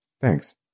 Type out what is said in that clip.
Thanks